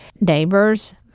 neighbors